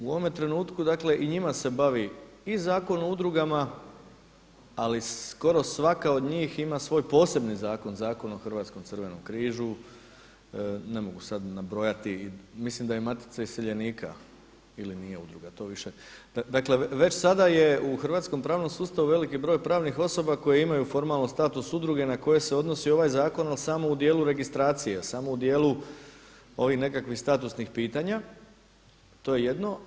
U ovome trenutku i njima se bavi i Zakon o udrugama, ali skoro svaka od njih ima svoj posebni zakon, Zakon o Hrvatskom crvenom križu, ne mogu sada nabrojati, mislim da i Matica iseljenika ili nije udruga, dakle već sada je u hrvatskom pravnom sustavu veliki broj pravnih osoba koje imaju formalno status udruge na koje se odnosi ovaj zakon ali samo u dijelu registracije, damo u dijelu ovih nekakvih statusnih pitanja, to je jedno.